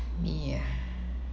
me ah